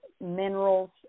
minerals